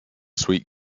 sweet